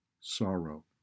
sorrow